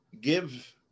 give